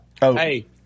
Hey